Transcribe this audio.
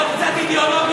עוד קצת אידיאולוגיה?